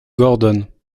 gordon